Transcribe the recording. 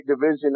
division